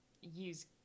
use